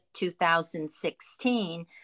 2016